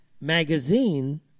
magazine